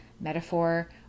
metaphor